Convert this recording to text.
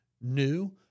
new